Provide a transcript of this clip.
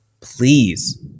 please